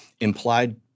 implied